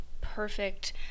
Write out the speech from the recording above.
perfect